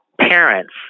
parents